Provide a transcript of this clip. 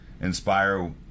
inspire